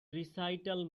recital